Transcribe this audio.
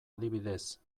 adibidez